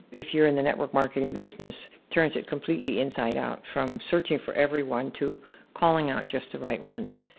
if you're in the network marketing business, turns it completely inside out from searching for everyone to calling out just the right ones.